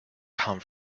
come